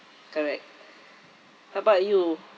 correct how about you